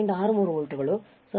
63 ವೋಲ್ಟ್ಗಳು 0